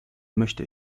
möchte